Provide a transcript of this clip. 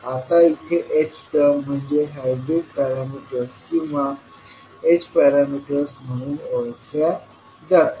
आता इथे h term म्हणजे हायब्रीड पॅरामीटर्स किंवा h पॅरामीटर्स म्हणून ओळखल्या जाते